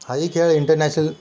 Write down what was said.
हाही खेळ इंटरनॅशनल